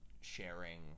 sharing